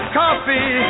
coffee